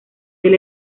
del